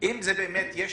אם באמת יש